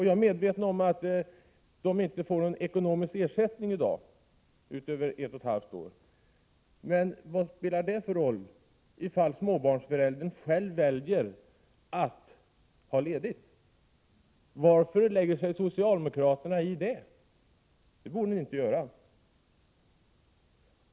Jag är medveten om att de inte får någon ekonomisk ersättning i dag utöver ett och ett halvt år, men vad spelar det för roll, ifall småbarnsföräldern själv väljer att ha ledigt? Varför lägger sig socialdemokraterna i detta? Det borde ni inte göra.